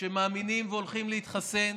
שמאמינים והולכים להתחסן.